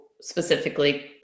specifically